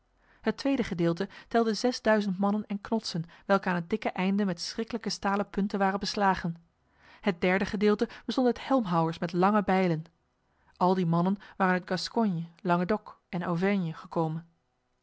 het tweede gedeelte telde zesduizend mannen en knotsen welke aan het dikke einde met schriklijke stalen punten waren beslagen het derde gedeelte bestond uit helmhouwers met lange bijlen al die mannen waren uit gascogne languedoc en auvergne gekomen